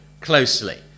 closely